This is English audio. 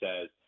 says